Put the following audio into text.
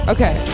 Okay